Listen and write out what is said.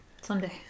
Someday